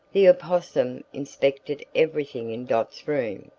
the opossum inspected everything in dot's room,